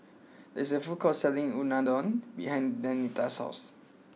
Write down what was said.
there is a food court selling Unadon behind Danita's house